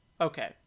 Okay